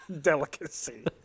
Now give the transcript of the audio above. delicacy